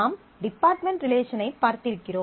நாம் டிபார்ட்மென்ட் ரிலேசனைப் பார்த்திருக்கிறோம்